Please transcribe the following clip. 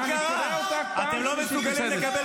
הדם על הידיים שלכם כל יום שאתם נשארים.